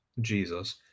Jesus